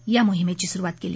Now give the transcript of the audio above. या मोहिमेची सुरुवात केली